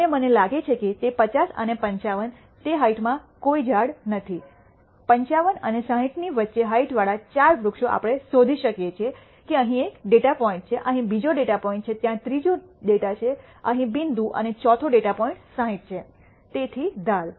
અને મને લાગે છે કે 50 અને 55 તે હાઇટમાં કોઈ ઝાડ નથી 55 અને 60 ની વચ્ચે હાઇટ વાળા 4 વૃક્ષો આપણે શોધી શકીએ છીએ કે અહીં એક ડેટા પોઇન્ટ છે અહીં બીજો ડેટા પોઇન્ટ છે ત્યાં ત્રીજો ડેટા છે અહીં બિંદુ અને ચોથો ડેટા પોઇન્ટ 60 છે તેથી ધાર